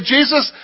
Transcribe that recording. Jesus